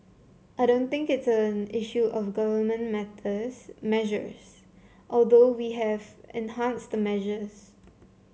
I don't think it is an issue of government methods measures although we have enhanced the measures